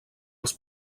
els